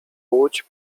łódź